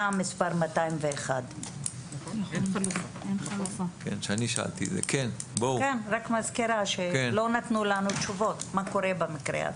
מספר 201. רק מזכירה שלא נתנו לנו תשובות מה קורה במקרה הזה.